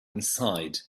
inside